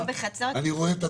זאת אומרת,